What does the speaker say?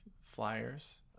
flyers